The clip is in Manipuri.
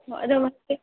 ꯍꯣ ꯑꯗꯨ